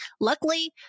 Luckily